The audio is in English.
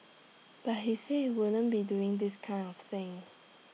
but he said he wouldn't be doing this kind of thing